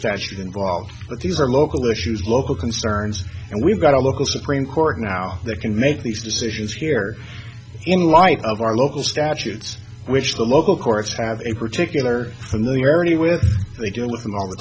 statute involved but these are local issues local concerns and we've got a local supreme court now that can make these decisions here in light of our local statutes which the local courts have a particular familiarity with they deal with them all the